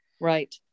right